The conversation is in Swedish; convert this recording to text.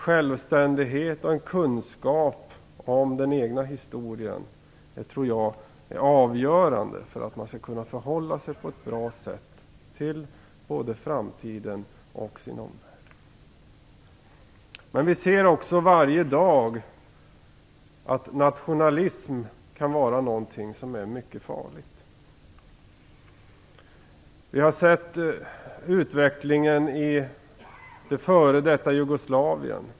Självständighet och kunskap om den egna historien tror jag är avgörande för att man skall kunna förhålla sig på ett bra sätt till framtiden och sin omvärld. Vi ser emellertid varje dag att nationalism också kan vara något mycket farligt. Vi har sett utvecklingen i f.d. Jugoslavien.